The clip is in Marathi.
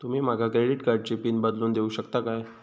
तुमी माका क्रेडिट कार्डची पिन बदलून देऊक शकता काय?